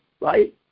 right